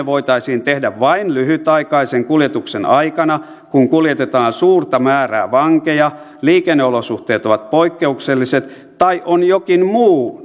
voitaisiin tehdä vain lyhytaikaisen kuljetuksen aikana kun kuljetetaan suurta määrää vankeja liikenneolosuhteet ovat poikkeukselliset tai on jokin muu